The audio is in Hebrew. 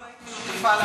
לא הייתי שותפה להצעה.